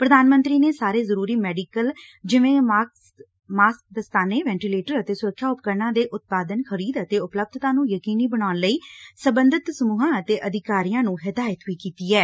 ਪ੍ਰਧਾਨ ਮੰਤਰੀ ਨੇ ਸਾਰੇ ਜ਼ਰੂਰੀ ਮੈਡੀਕਲ ਜਿਵੇਂ ਮਾਸਕ ਦਸਤਾਨੇ ਵੈਟੀਲੇਟਰ ਅਤੇ ਸੁਰੱਖਿਆ ਉਪਕਰਨਾਂ ਦੇ ਉਤਪਾਦਨ ਖਰੀਦ ਅਤੇ ਉਪਲੱਬਧਤਾ ਨੂੰ ਯਕੀਨੀ ਬਣਾਉਣ ਲਈ ਸਬੰਧਤ ਸਮੂਹਾਂ ਅਤੇ ਅਧਿਕਾਰੀਆਂ ਨੂੰ ਹਿਦਾਇਤ ਵੀ ਕੀਤੀ ਐ